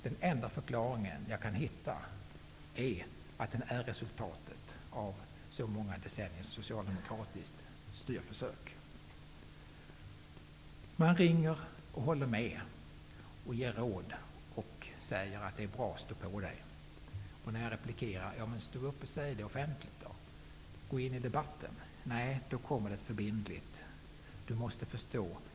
Den enda förklaring som jag kan hitta är att det här är resultatet av många decenniers socialdemokratiskt styrförsök. Människor ringer och säger att de håller med. Man ger råd och säger: Det är bra. Stå på dig! Jag replikerar: Ja, men stå upp och säg det offentligt då! Gå in i debatten. Men då kommer ett förbindligt svar: Du måste förstå.